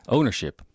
Ownership